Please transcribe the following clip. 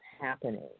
happening